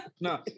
No